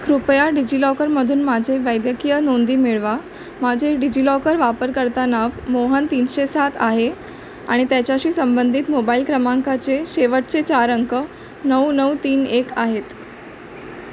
कृपया डिजिलॉकरमधून माझे वैद्यकीय नोंदी मिळवा माझे डिजिलॉकर वापरकर्ता नाव मोहन तीनशे सात आहे आणि त्याच्याशी संबंधित मोबाईल क्रमांकाचे शेवटचे चार अंक नऊ नऊ तीन एक आहेत